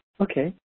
Okay